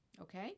Okay